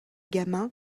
gamins